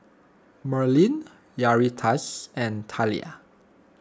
Merlin Yaritza and Thalia